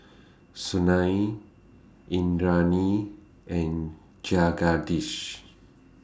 Sunil Indranee and Jagadish